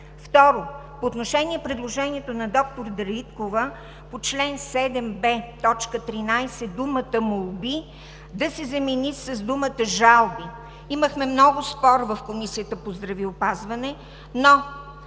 Второ, по отношение предложението на доктор Дариткова по чл. 7б, т. 13 думата „молби“ да се замени с думата „жалби“ имахме много спорове в Комисията по здравеопазването, но